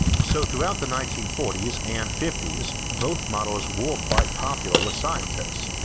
so throughout the nineteen forty s, and fifty s both models were quite popular with scientists.